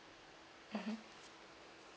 mmhmm